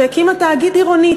שהקימה תאגיד עירוני,